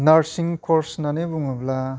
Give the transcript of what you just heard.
nursing course होन्नानै बुङोब्ला